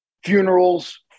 funerals